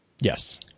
yes